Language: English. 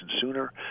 sooner